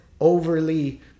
overly